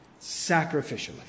sacrificially